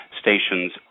stations